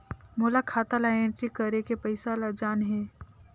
मोला खाता ला एंट्री करेके पइसा ला जान हे?